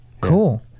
Cool